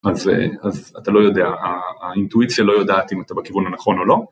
אז אתה לא יודע, האינטואיציה לא יודעת אם אתה בכיוון הנכון או לא.